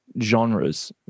genres